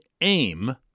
aim